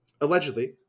Allegedly